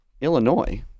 Illinois